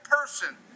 person